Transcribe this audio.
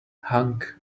hung